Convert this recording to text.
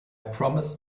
promised